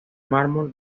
mármol